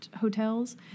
hotels